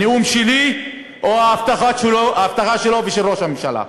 הנאום שלי או ההבטחה שלו ושל ראש הממשלה?